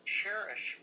cherish